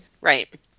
Right